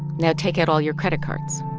now take out all your credit cards.